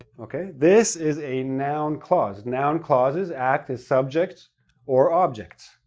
okay? this is a noun clause. noun clauses act as subjects or objects.